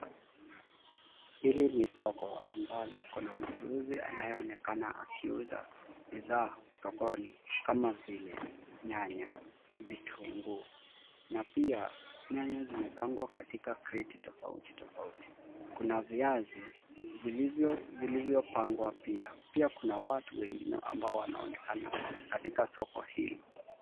Hili ni soko ambalo kuna mchuuzi anayeonekana akiuza bidhaa sokoni kama vile nyanya, vitunguu na pia nyanya zimepangwa katika kreti tofauti tofauti. Kuna viazi vilivyopangwa pia. Pia kuna watu wengine ambao wanaonekana katika soko hilo.